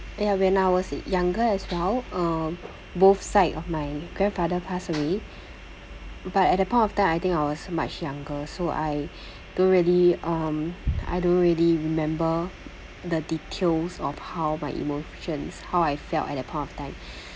ya when I was younger as well uh both side of my grandfather pass away but at that point of time I think I was much younger so I don't really um I don't really remember the details of how my emotions how I felt at that point of time